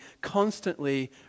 constantly